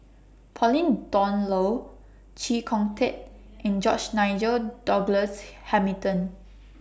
Pauline Dawn Loh Chee Kong Tet and George Nigel Douglas Hamilton